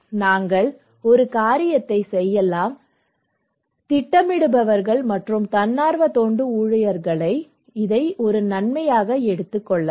நாங்கள் ஒரு காரியத்தைச் செய்யலாம் திட்டமிடுபவர்கள் மற்றும் தன்னார்வ தொண்டு ஊழியர்கள் இதை ஒரு நன்மையாக எடுத்துக் கொள்ளலாம்